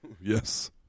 Yes